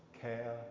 care